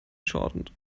shortened